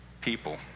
people